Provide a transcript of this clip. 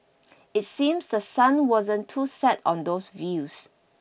it seems the sun wasn't too set on those views